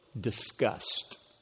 disgust